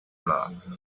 love